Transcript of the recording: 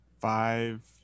Five